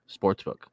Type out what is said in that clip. Sportsbook